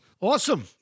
Awesome